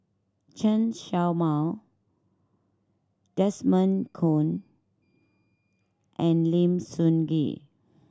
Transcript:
Chen Show Mao Desmond Kon and Lim Sun Gee